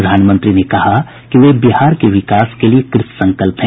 प्रधानमंत्री ने कहा कि वे बिहार के विकास के लिए कृत संकल्प हैं